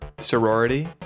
sorority